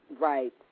Right